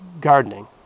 gardening